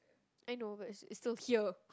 I know but it's it's still here